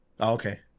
Okay